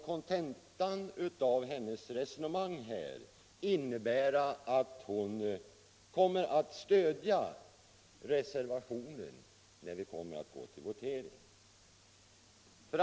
Kontentan av fru Jonängs resonemang måste vara att hon kommer att stödja reservationen när vi går till votering.